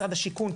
השיכון,